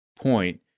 point